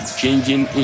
changing